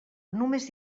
només